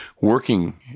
working